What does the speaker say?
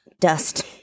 Dust